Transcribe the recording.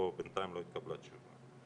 בינתיים לא התקבלה תשובה.